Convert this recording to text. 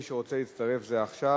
מי שרוצה יצטרף עכשיו.